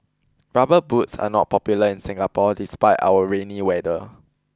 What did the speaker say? rubber boots are not popular in Singapore despite our rainy weather